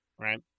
right